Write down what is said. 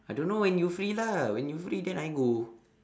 I don't know when you free lah when you free then I go